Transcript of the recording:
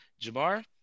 Jamar